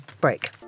break